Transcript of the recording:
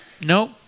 No